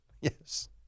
Yes